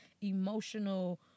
emotional